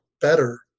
better